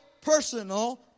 personal